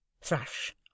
Thrush